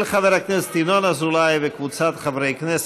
של חבר הכנסת ינון אזולאי וקבוצת חברי הכנסת.